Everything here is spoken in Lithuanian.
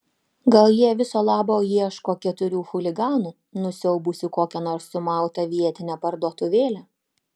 gal jie viso labo ieško keturių chuliganų nusiaubusių kokią nors sumautą vietinę parduotuvėlę